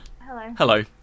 Hello